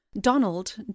Donald